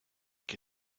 que